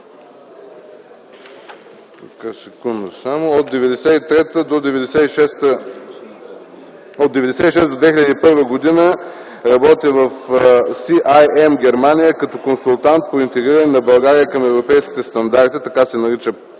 От 1996 до 2001 г. работи в „CIM” – Германия, като консултант по интегриране на България към европейските стандарти. Така се нарича